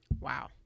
Wow